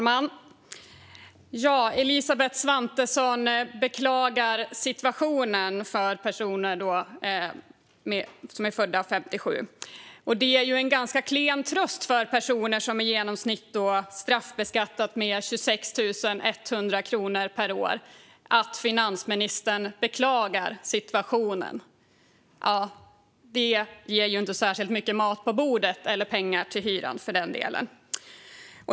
Herr talman! Elisabeth Svantesson beklagar situationen för personer som är födda 57. Det är en ganska klen tröst för personer som straffbeskattas med i genomsnitt 26 100 kronor per år att finansministern beklagar situationen. Det ger inte särskilt mycket mat på bordet - eller pengar till hyran, för den delen.